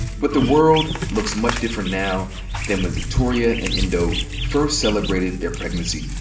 but the world looks much different now than when victoria and endo first celebrated their pregnancy.